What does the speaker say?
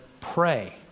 pray